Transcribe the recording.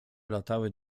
latały